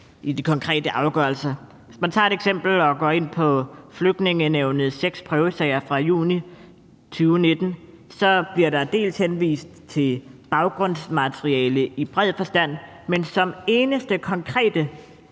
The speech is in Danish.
i de konkrete afgørelser. Hvis man som eksempel går ind og ser på Flygtningenævnets seks prøvesager fra juni 2019, kan man se, at der bliver henvist til baggrundsmateriale i bred forstand, men som eneste konkrete